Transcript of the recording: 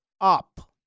up